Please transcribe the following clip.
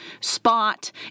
spot